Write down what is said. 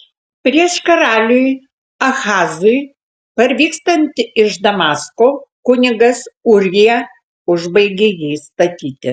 prieš karaliui ahazui parvykstant iš damasko kunigas ūrija užbaigė jį statyti